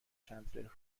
چندلر